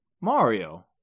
Mario